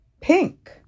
Pink